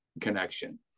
connection